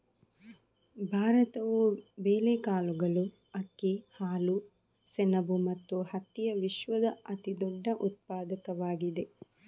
ಭಾರತವು ಬೇಳೆಕಾಳುಗಳು, ಅಕ್ಕಿ, ಹಾಲು, ಸೆಣಬು ಮತ್ತು ಹತ್ತಿಯ ವಿಶ್ವದ ಅತಿದೊಡ್ಡ ಉತ್ಪಾದಕವಾಗಿದೆ